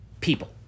people